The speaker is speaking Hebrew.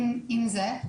עם זה,